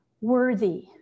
worthy